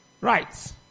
Right